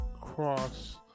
cross